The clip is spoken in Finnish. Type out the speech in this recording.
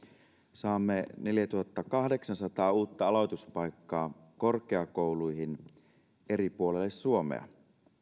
saamme neljätuhattakahdeksansataa uutta aloituspaikkaa korkeakouluihin eri puolille suomea